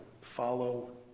Follow